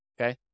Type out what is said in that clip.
okay